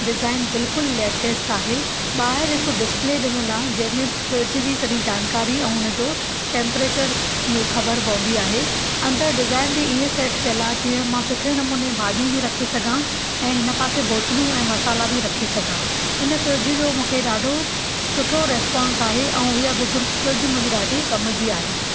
design बिल्कुलु latest आहे ॿाहिरि हिकु डिस्प्ले डिनल आहे जंहिंमें फ्रिज जी सॼी जानकारी ऐं हुनजो टेम्परेचर ख़बरु पवंदी आहे अंदरि डिज़ाइन बि हीअ सेट कयल आहे जीअं मां सुठे नमूने भाॼियूं बि रखी सॻा ऐं हिन पासे बोतलु ऐं मसाला बि रखी सॻा हिन फ्रिज जो मूंखे ॾाढो सुठो रिस्पांस आहे ऐं हीअ फ्रिज मुंजी ॾाढी कम जी आहे